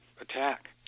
attack